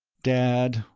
dad,